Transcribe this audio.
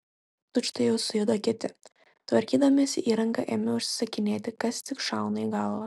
tučtuojau sujudo kiti tvarkydamiesi įrangą ėmė užsisakinėti kas tik šauna į galvą